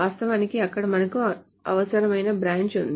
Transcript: వాస్తవానికి అక్కడ మనకు అవసరమైన బ్రాంచ్ ఉంది